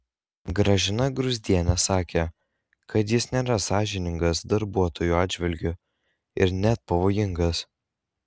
gražina gruzdienė sakė kad jis nėra sąžiningas darbuotojų atžvilgiu ir net pavojingas